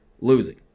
losing